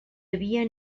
havia